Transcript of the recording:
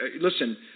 listen